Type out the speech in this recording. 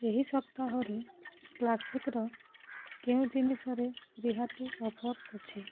ଏହି ସପ୍ତାହରେ କ୍ଲାସିକର କେଉଁ ଜିନିଷରେ ରିହାତି ଅଫର୍ ଅଛି